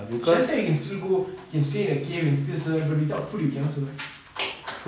shelter you can still go you can stay in a cave and still survive but without food you cannot survive